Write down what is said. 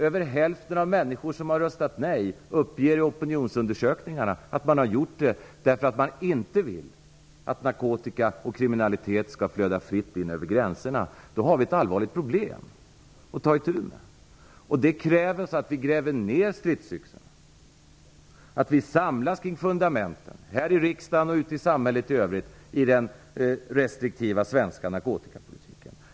Över hälften av dem som har röstat nej uppger i opinionsundersökningar att de har gjort det därför att de inte vill att narkotika och kriminalitet skall flöda fritt in över gränserna. Då har vi ett allvarligt problem att ta itu med. Det kräver att vi gräver ner stridsyxan, att vi samlas kring fundamenten, här i riksdagen och ute i samhället i övrigt, i den restriktiva svenska narkotikapolitiken.